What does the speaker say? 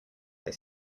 they